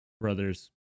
brother's